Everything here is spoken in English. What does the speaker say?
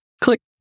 click